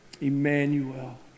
Emmanuel